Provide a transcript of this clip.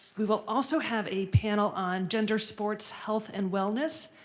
we will also have a panel on gender sports, health, and wellness.